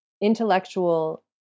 intellectual